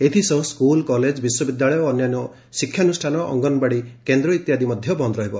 ଏଥିସହ school college ବିଶ୍ୱବିଦ୍ୟାଳୟ ଓ ଅନ୍ୟାନ୍ୟ ଶିକ୍ଷାନୁଷାନ ଗଙ୍ଗନବାଡ଼ି କେନ୍ଦ ଇତ୍ୟାଦି ବନ୍ଦ ରହିବ